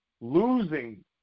losing